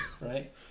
right